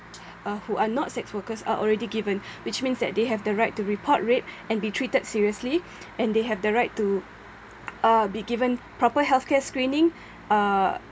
uh who are not sex workers are already given which means that they the right to report rape and be treated seriously and they have the right to uh be given proper healthcare screening uh